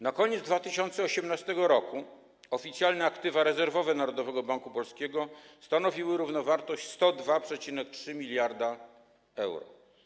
Na koniec 2018 r. oficjalne aktywa rezerwowe Narodowego Banku Polskiego stanowiły równowartość 102,3 mld euro.